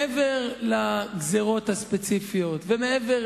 מעבר לגזירות הספציפיות ומעבר